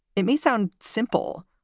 it may sound simple,